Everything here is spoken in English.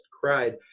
cried